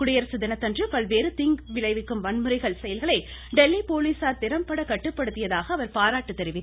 குடியரசு தினத்தன்று பல்வேறு தீங்கிளைவிக்கும் வன்முறை செயல்களை டெல்லி போலீஸார் திறம்பட கட்டுப்படுத்தியதாக அவர் பாராட்டு தெரிவித்தார்